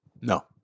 no